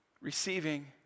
receiving